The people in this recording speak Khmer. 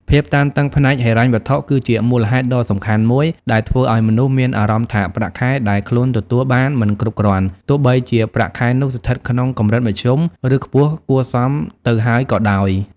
ភាពតានតឹងផ្នែកហិរញ្ញវត្ថុ គឺជាមូលហេតុដ៏សំខាន់មួយដែលធ្វើឲ្យមនុស្សមានអារម្មណ៍ថាប្រាក់ខែដែលខ្លួនទទួលបានមិនគ្រប់គ្រាន់ ទោះបីជាប្រាក់ខែនោះស្ថិតក្នុងកម្រិតមធ្យម ឬខ្ពស់គួរសមទៅហើយក៏ដោយ។